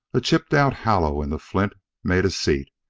a chipped out hollow in the flint made a seat.